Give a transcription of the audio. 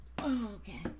Okay